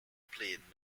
played